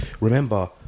remember